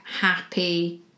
happy